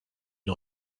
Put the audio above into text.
une